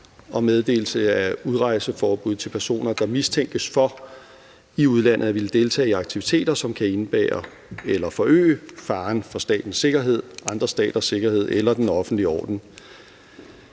og meddelelse af udrejseforbud til personer, der mistænkes for i udlandet at ville deltage i aktiviteter, som kan indebære eller forøge faren for statens sikkerhed, andre staters sikkerhed eller den offentlige orden.